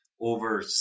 over